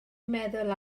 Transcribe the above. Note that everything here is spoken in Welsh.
meddwl